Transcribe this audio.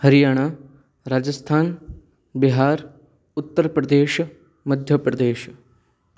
Haryana Rajasthan Bihar Uttar Pradesh Madhya Pradesh